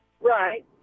Right